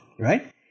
right